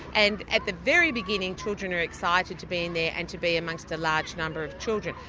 and at the very beginning children are excited to be in there and to be amongst a large number of children.